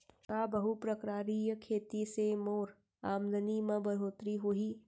का बहुप्रकारिय खेती से मोर आमदनी म बढ़होत्तरी होही?